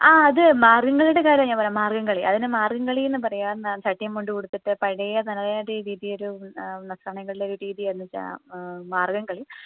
ആ അത് മാർഗംകളിയുടെ കാര്യം ഞാൻ പറയാം മാർഗംകളി അതിനു മാർഗംകളി എന്ന് പറയുക ചട്ടയും മുണ്ടും ഉടുത്തിട്ട് പഴയ തനതായ രീതിക്ക് ഒരു സമയങ്ങളിലെ രീതിയായിരുന്നു എന്നുവെച്ചാൽ മാർഗംകളി